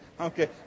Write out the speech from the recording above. Okay